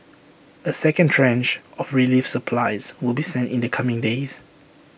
A second tranche of relief supplies will be sent in the coming days